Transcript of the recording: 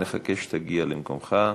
נחכה שתגיע למקומך,